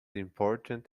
important